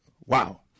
Wow